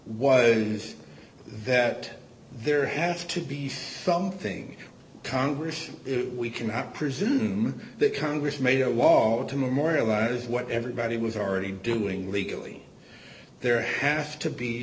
was that there has to be something congress we cannot presume that congress made a wall to memorialize what everybody was already doing legally there has to be